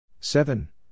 Seven